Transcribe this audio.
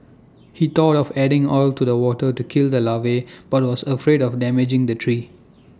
he thought of adding oil to the water to kill the larvae but was afraid of damaging the tree